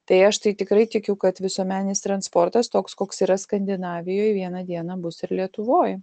tai aš tai tikrai tikiu kad visuomeninis transportas toks koks yra skandinavijoj vieną dieną bus ir lietuvoj